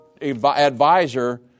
advisor